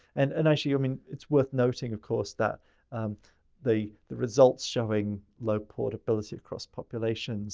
and and actually, i mean it's worth noting, of course, that the the results showing low portability across populations